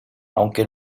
aunque